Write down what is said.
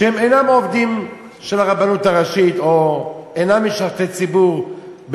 שהם אינם עובדים של הרבנות הראשית או אינם משרתי ציבור,